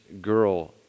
girl